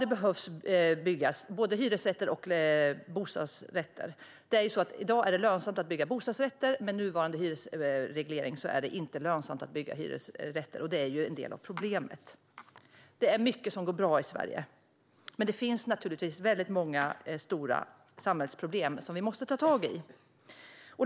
Det behöver som sagt byggas både hyresrätter och bostadsrätter. I dag är det lönsamt att bygga bostadsrätter, men med nuvarande hyresreglering är det inte lönsamt att bygga hyresrätter. Det är en del av problemet. Det är mycket som går bra i Sverige, men det finns naturligtvis många stora samhällsproblem som vi måste ta tag i.